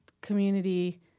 community